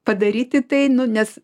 padaryti tai nu nes